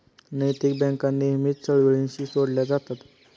नैतिक बँका नेहमीच चळवळींशीही जोडल्या जातात